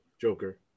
Joker